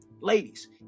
ladies